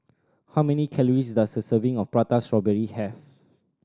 how many calories does a serving of Prata Strawberry have